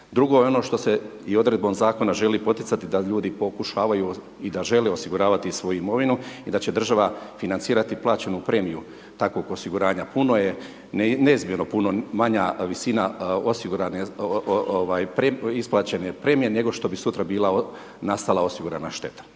Drugo je ono što se i odredbom zakona želi poticati, da ljudi pokušavaju i da žele osiguravati svoju imovinu i da će država financirati plaćenu premiju takvog osiguranja. Puno je …/Govornik se ne razumije./… puno manja visina osigurane isplećene premije, nego što bi sutra bila nastala osigurana šteta.